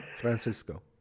francisco